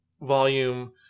volume